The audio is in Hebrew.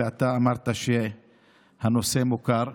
ואתה אמרת שהנושא מוכר.